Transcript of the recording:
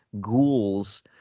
ghouls